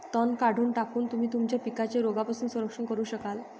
तण काढून टाकून, तुम्ही तुमच्या पिकांचे रोगांपासून संरक्षण करू शकाल